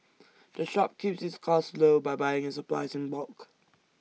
the shop keeps its costs low by buying its supplies in bulk